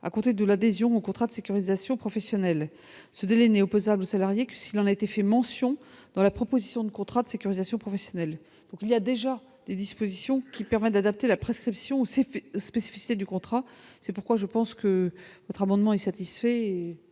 à compter de l'adhésion au contrat de sécurisation professionnelle, ce délai n'est opposable salariés que s'il en a été fait mention dans la proposition de contrat de sécurisation professionnelle pour qu'il y a déjà des dispositions qui permettent d'adapter la prescription aussi spécificité du contrat, c'est pourquoi je pense que votre amendement est satisfait,